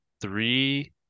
three